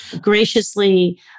graciously